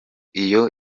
iyo